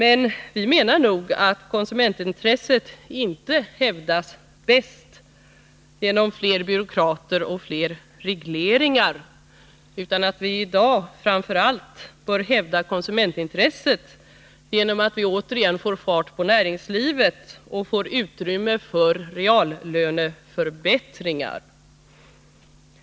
Enligt vår mening är nog inte det bästa sättet att hävda konsumentintresset att ha fler byråkrater och fler regleringar. I stället bör vi, om vi vill hävda konsumentintresset, se till att vi återigen får fart på näringslivet och skapar utrymme för reallöneförbättringar.